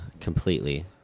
completely